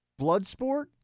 Bloodsport